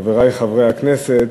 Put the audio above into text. חברי חברי הכנסת,